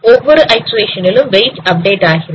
ஒவ்வொரு ஐடரேஷன் னிலும் weight update ஆகிறது